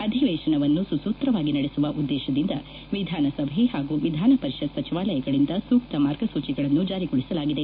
ಅಧಿವೇತನವನ್ನು ಸುಸುತ್ರವಾಗಿ ನಡೆಸುವ ಉದ್ದೇಶದಿಂದ ವಿಧಾನಸಭೆ ಹಾಗೂ ವಿಧಾನಪರಿಷತ್ ಸಚಿವಾಲಯಗಳಿಂದ ಸೂಕ್ತ ಮಾರ್ಗಸೂಚಿಗಳನ್ನು ಜಾರಿಗೊಳಿಸಲಾಗಿದೆ